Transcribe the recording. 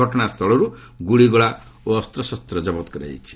ଘଟଣାସ୍ଥଳରୁ ଗୁଳିଗୋଳା ଓ ଅସ୍ତ୍ରଶସ୍ତ ଜବତ କରାଯାଇଛି